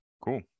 Cool